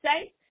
say